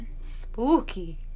Spooky